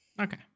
Okay